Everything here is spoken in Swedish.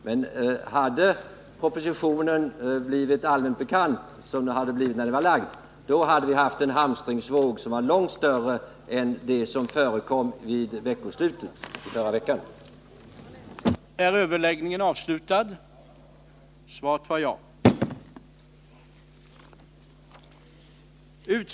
Men hade propositionen blivit allmänt bekant, som den blir i och med att den är framlagd, hade vi haft en hamstringsvåg som varit långt större än den som förekom vid det förra veckoslutet.